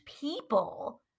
people